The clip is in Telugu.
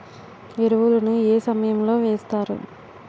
ఎరువుల ను ఏ సమయం లో వేస్తారు?